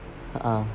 ha